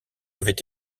avait